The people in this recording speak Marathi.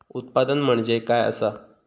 उत्पादन म्हणजे काय असा?